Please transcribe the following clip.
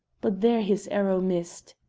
but there his arrow missed.